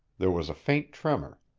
there was a faint tremor.